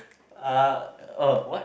uh what